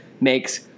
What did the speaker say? makes